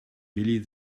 willi